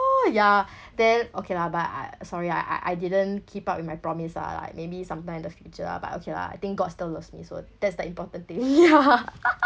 ya then okay lah but I sorry I I didn't keep up with my promise ah like maybe sometime in the future lah but okay lah I think god still loves me so that's the important thing ya